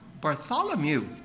Bartholomew